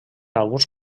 alguns